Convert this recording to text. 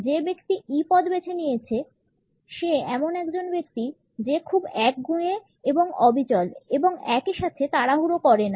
যে ব্যক্তি E পদ বেছে নিয়েছে সে এমন একজন ব্যক্তি যে খুব একগুঁয়ে এবং অবিচল এবং একই সাথে তাড়াহুড়ো করে না